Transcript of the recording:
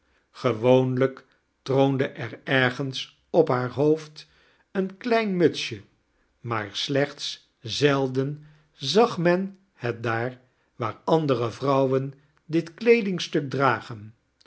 gewoonlijk troonde er ergems op haar hoofd een klein mutsje maar slechts zielden zag mien het daar waar andere vrouwen dit kleedingstuk dragein